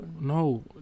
No